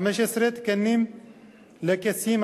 15 תקנים לקייסים,